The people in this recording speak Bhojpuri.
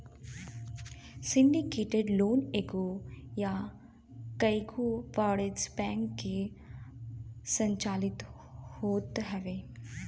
सिंडिकेटेड लोन एगो या कईगो वाणिज्यिक बैंक से संचालित होत हवे